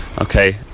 okay